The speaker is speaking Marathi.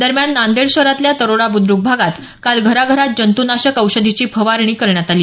दरम्यान नांदेड शहरातल्या तरोडा बुद्रुक भागात काल घराघरात जतूंनाशक औषधीची फवारणी करण्यात आली